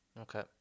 Okay